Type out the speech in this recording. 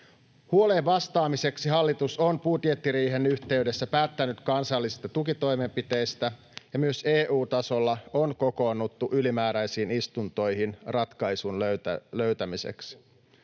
Huoleen vastaamiseksi hallitus on budjettiriihen yhteydessä päättänyt kansallisista tukitoimenpiteistä, ja myös EU-tasolla on kokoonnuttu ylimääräisiin istuntoihin ratkaisun löytämiseksi.